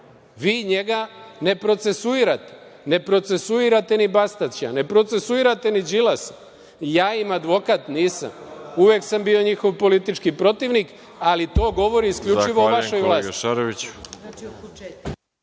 Vi njega ne procesuirate. Ne procesuirate ni Bastaća, ne procesuirate ni Đilasa. Ja im advokat nisam. Uvek sam bio njihov politički protivnik, ali to govori isključivo o vašoj vlasti.